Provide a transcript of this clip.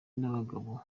n’abagabo